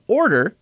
order